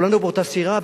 כולנו באותה סירה.